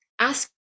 ask